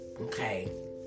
Okay